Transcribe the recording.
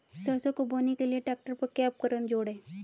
सरसों को बोने के लिये ट्रैक्टर पर क्या उपकरण जोड़ें?